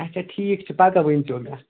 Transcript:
اچھا ٹھیٖک چھُ پَگاہ ؤنۍزیو مےٚ